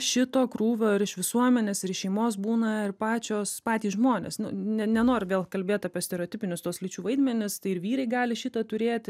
šito krūvio ir iš visuomenės ir iš šeimos būna ir pačios patys žmonės nu ne nenoriu vėl kalbėt apie stereotipinius tuos lyčių vaidmenis tai ir vyrai gali šitą turėti